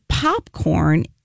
Popcorn